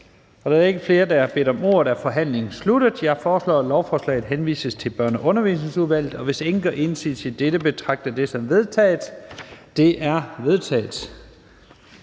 Da der ikke er flere, der har bedt om ordet, er forhandlingen sluttet. Jeg foreslår, at lovforslaget henvises til Børne- og Undervisningsudvalget, og hvis ingen gør indsigelse mod dette, betragter jeg det som vedtaget. Det er vedtaget.